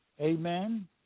Amen